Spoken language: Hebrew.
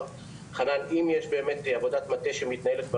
חנן שאם יש באמת עבודת מטה שמתנהלת בנושא,